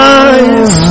eyes